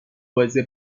بازی